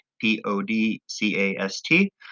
p-o-d-c-a-s-t